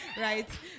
Right